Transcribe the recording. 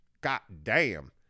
goddamn